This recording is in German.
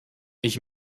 ich